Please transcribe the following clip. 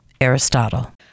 Aristotle